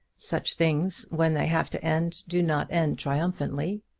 such things, when they have to end, do not end triumphantly.